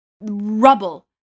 rubble